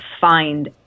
find